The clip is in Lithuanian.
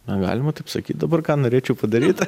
negalima taip sakyt dabar ką norėčiau padaryti